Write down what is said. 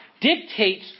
dictates